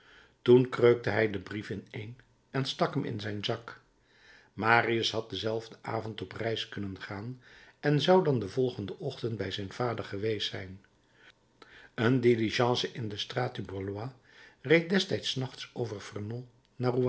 toen kreukte hij den brief ineen en stak hem in zijn zak marius had denzelfden avond op reis kunnen gaan en zou dan den volgenden ochtend bij zijn vader geweest zijn een diligence in de straat du bouloy reed destijds s nachts over vernon naar